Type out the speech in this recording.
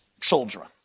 children